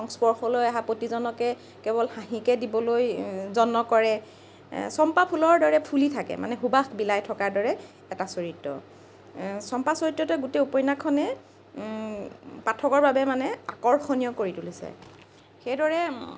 সংস্পৰ্শলৈ অহা প্ৰতিজনকে কেৱল হাঁহিকে দিবলৈ যত্ন কৰে চম্পা ফুলৰ দৰে ফুলি থাকে মানে সুবাস বিলাই থকাৰ দৰে এটা চৰিত্ৰ চম্পা চৰিত্ৰটোৱে গোটেই উপন্যাসখনেই পাঠকৰ বাবে মানে আকৰ্ষণীয় কৰি তুলিছে সেইদৰে